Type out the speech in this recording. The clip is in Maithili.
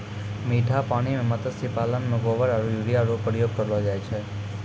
मीठा पानी मे मत्स्य पालन मे गोबर आरु यूरिया रो प्रयोग करलो जाय छै